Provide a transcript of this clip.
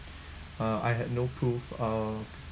uh I had no proof of